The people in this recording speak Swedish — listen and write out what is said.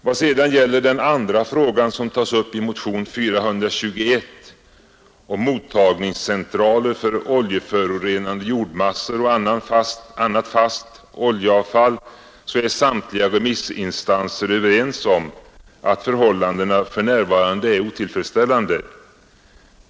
Vad gäller den andra frågan som tas upp i motionen 421, om mottagningscentraler för oljeförorenade jordmassor och annat fast oljeavfall, är samtliga remissinstanser överens om att förhållandena för närvarande är otillfredsställande.